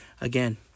again